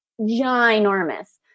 ginormous